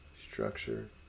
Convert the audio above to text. Structure